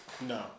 No